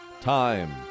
Time